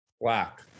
Black